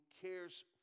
cares